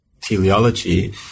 teleology